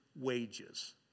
wages